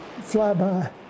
flyby